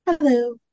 Hello